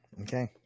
Okay